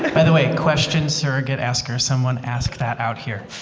by the way, question surrogate asker someone asked that out here